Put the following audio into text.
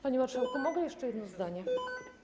Panie marszałku, mogę jeszcze jedno zdanie?